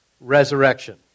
resurrection